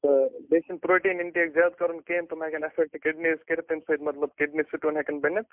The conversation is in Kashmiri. تہٕ بیٚیہِ چھِنہٕ پرٛوٹیٖن اِنٹیک زیادٕ کَرُن کینٛہہ تِم ہٮ۪کَن ایفیکٹ کٔرِتھ نیٖز کٔرِتھ تمہِ سۭتۍ مطلب کِڑنی سٹون ہٮ۪کَن بٔنِتھ